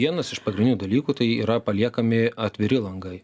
vienas iš pagrindinių dalykų tai yra paliekami atviri langai